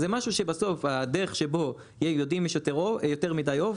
זה משהו שבסוף הדרך שבו יודעים שיש יותר מידי עוף